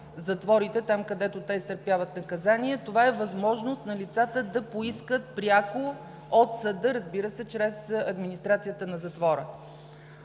затворите там, където те изтърпяват наказание, а това е възможност на лицата да поискат пряко от съда, разбира се, чрез администрацията на затвора.